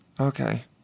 Okay